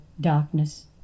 darkness